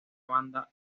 banda